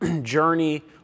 journey